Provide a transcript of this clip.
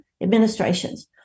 administrations